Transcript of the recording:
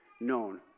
known